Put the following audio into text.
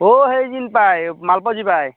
অ সেই যি পায় মালপোৱা যি পায়